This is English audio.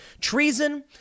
Treason